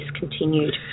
discontinued